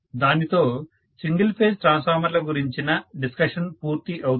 దానితో single phase ట్రాన్స్ఫార్మర్ల గురించిన డిస్కషన్ పూర్తి అవుతుంది